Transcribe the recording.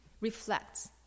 reflects